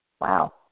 Wow